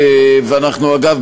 אגב,